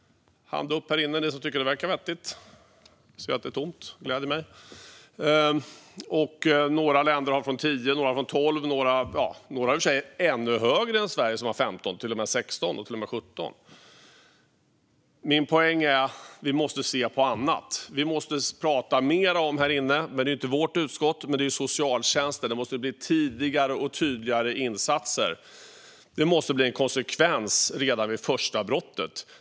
Hand upp här inne för den som tycker att det verkar vettigt. Jag ser att ingen tycker det, och det gläder mig. Några länder har en straffmyndighetsålder från 10 eller 12 år. Några har i och för sig en ännu högre straffmyndighetsålder än Sverige, som har 15 år. Där är straffmyndighetsåldern 16 eller till och med 17 år. Min poäng är att vi måste se på annat. Vi måste prata ännu mer här om socialtjänsten, men det ligger inte på vårt utskott. Det måste bli tidigare och tydligare insatser. Det måste bli en konsekvens redan vid det första brottet.